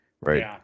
Right